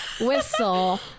whistle